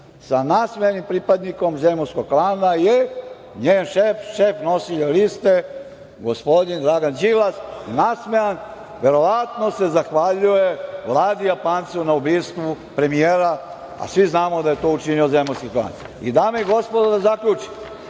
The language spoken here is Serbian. Sa nasmejanim pripadnikom Zemunskog klana je njen šef, šef nosilje liste, gospodin Dragana Đilas, nasmejan. Verovatno se zahvaljuje Vladi Japancu na ubistvu premijera, a svi znamo da je to učinio Zemunski klan. Dame i gospodo, da zaključim.